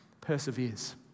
perseveres